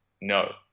no